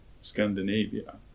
Scandinavia